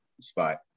spot